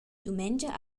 dumengia